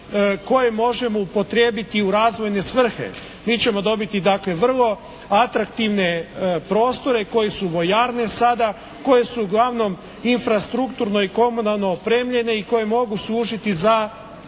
koje možemo upotrijebiti u razvojne svrhe. Mi ćemo dobiti dakle vrlo atraktivne prostore koji su vojarne sada, koje su uglavnom infrastrukturno i komunalno opremljene i koje mogu služiti za